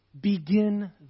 Begin